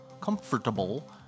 comfortable